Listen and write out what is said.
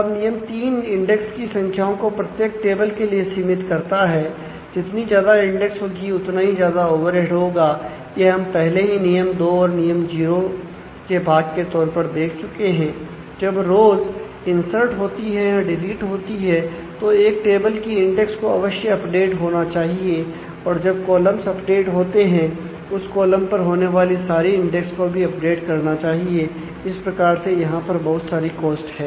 अब नियम 3 इंडेक्स की संख्याओं को प्रत्येक टेबल के लिए सीमित करता है जितनी ज्यादा इंडेक्स होगी उतना ही ज्यादा ओवरहेड है